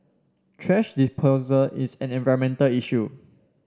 thrash disposal is an environmental issue